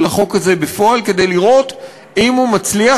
החוק הזה בפועל כדי לראות אם הוא מצליח,